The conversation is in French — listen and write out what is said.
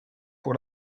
pour